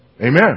Amen